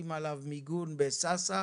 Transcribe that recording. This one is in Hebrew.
שים עליו מיגון בסאסא,